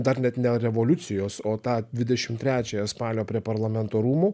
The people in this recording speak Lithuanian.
dar net ne revoliucijos o tą dvidešim trečiąją spalio prie parlamento rūmų